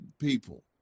people